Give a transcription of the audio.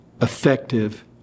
effective